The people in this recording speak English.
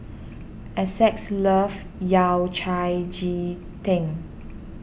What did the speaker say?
Essex loves Yao Cai Ji Tang